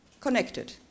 connected